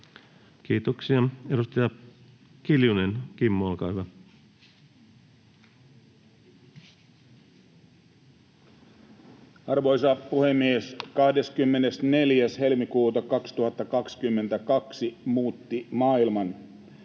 Kiitoksia. — Edustaja Kiljunen, Kimmo, olkaa hyvä. Arvoisa puhemies! 24. helmikuuta 2022 muutti maailman.